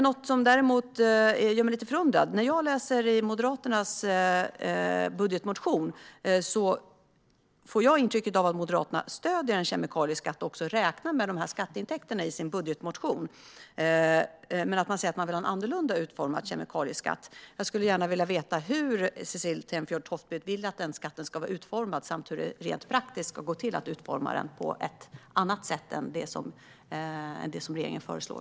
Något som däremot gör mig lite förundrad är det som står i Moderaternas budgetmotion. Jag får där intrycket av att Moderaterna stöder en kemikalieskatt och även räknar med dessa skatteintäkter i sin budget. De säger dock att de vill ha en annorlunda utformad kemikalieskatt. Jag skulle gärna vilja veta hur Cecilie Tenfjord-Toftby vill att skatten ska vara utformad samt hur det rent praktiskt ska gå till att utforma den på ett annat sätt än det som regeringen föreslår.